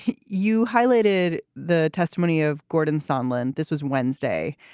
you highlighted the testimony of gordon sunland. this was wednesday.